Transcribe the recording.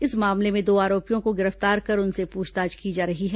इस मामले में दो आरोपियों को गिरफ्तार कर उनसे पूछताछ की जा रही है